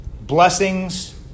Blessings